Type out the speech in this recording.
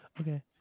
Okay